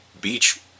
beach